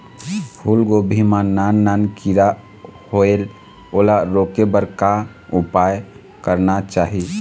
फूलगोभी मां नान नान किरा होयेल ओला रोके बर का उपाय करना चाही?